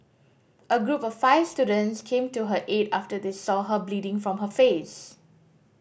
a group of five students came to her aid after they saw her bleeding from her face